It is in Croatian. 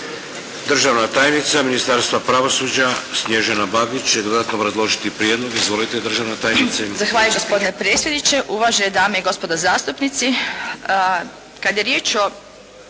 Državna tajnica ministarstva pravosuđa Snježana Bagić će dodatno obrazložiti prijedlog. Izvolite državna tajnice!